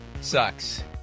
sucks